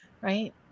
right